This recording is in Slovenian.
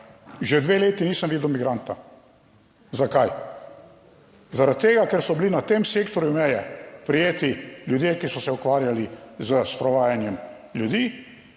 že dve leti nisem videl migranta. Zakaj? Zaradi tega, ker so bili na tem sektorju meje prijeti ljudje, ki so se ukvarjali s sprovajanjem ljudi,